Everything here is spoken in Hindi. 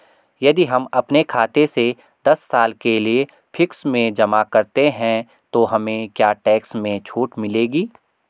यदि हम अपने खाते से दस साल के लिए फिक्स में जमा करते हैं तो हमें क्या टैक्स में छूट मिलेगी?